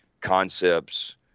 concepts